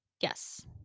Yes